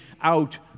out